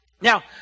Now